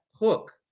hook